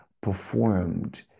performed